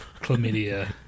Chlamydia